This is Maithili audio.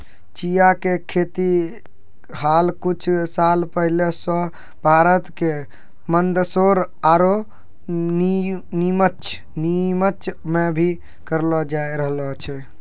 चिया के खेती हाल कुछ साल पहले सॅ भारत के मंदसौर आरो निमच मॅ भी करलो जाय रहलो छै